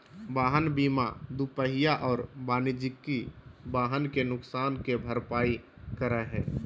वाहन बीमा दूपहिया और वाणिज्यिक वाहन के नुकसान के भरपाई करै हइ